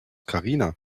karina